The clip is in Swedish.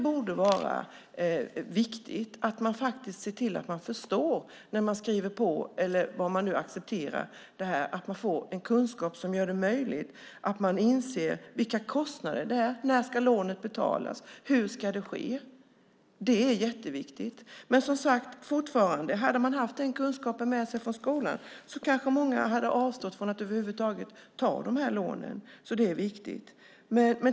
När man skriver på ska man förstå vad det är man accepterar. Man ska ha en kunskap som gör det möjligt att inse vilka kostnaderna blir, när lånet ska betalas och hur det ska ske. Det är jätteviktigt. Hade man, som sagt, haft den kunskapen med sig från skolan kanske många hade avstått från att över huvud taget ta de här lånen.